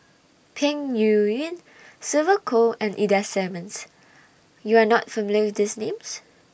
Peng Yuyun Sylvia Kho and Ida Simmons YOU Are not familiar with These Names